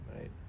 right